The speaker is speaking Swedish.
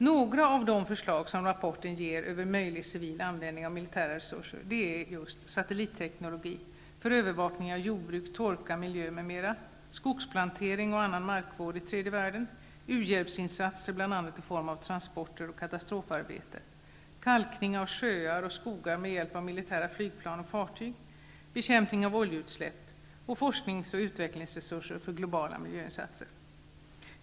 Några av de förslag som lämnas i rapporten över möjlig civil användning av militära resurser är: användning av satellitteknologi för övervakning av jordbruk, torka, miljö m.m., skogsplantering och annan markvård i tredje världen, u-hjälpsinsatser, bl.a. i form av transporter och katastrofarbete, kalkning av sjöar och skogar med hjälp av militära flygplan och fartyg, bekämpning av oljeutsläpp samt forsknings och utvecklingsresurser för globala miljöinsatser.